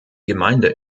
gemeinde